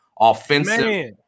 offensive